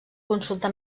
consulta